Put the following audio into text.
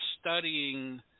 studying